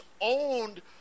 owned